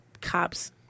cops